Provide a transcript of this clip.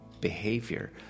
behavior